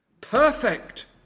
perfect